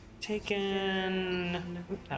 taken